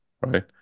right